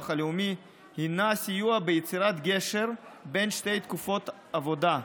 הלאומי הינה סיוע ביצירת גשר בין שתי תקופות עבודה,